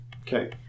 Okay